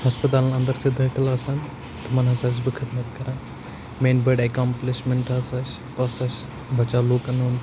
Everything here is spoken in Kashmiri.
ہسپَتالَن اَندر چھِ دٲخِل آسان تِمَن ہَسا چھُس بہٕ خدمَت کَران میٛٲنۍ بٔڑ اٮ۪کامپلِشمٮ۪نٛٹ ہَسا چھِ بہٕ ہَسا چھُس بَچا لوٗکَن ہُنٛد